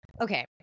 okay